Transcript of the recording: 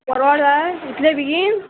पोरवां जाय इतले बेगीन